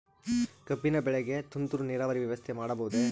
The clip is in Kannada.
ಕಬ್ಬಿನ ಬೆಳೆಗೆ ತುಂತುರು ನೇರಾವರಿ ವ್ಯವಸ್ಥೆ ಮಾಡಬಹುದೇ?